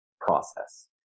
process